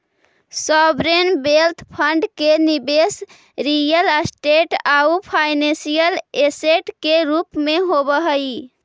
sovereign wealth fund के निवेश real estate आउ फाइनेंशियल ऐसेट के रूप में होवऽ हई